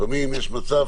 לפעמים יש מצב